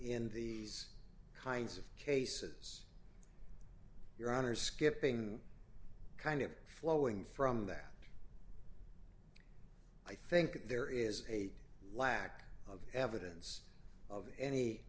in the kinds of cases your honor skipping kind of flowing from that i think there is a lack of evidence of any